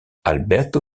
alberto